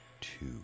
two